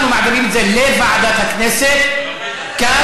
אנחנו מעבירים את זה לוועדת הכנסת כמקובל.